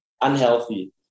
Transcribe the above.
unhealthy